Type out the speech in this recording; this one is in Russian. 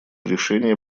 решение